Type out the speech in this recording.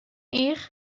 each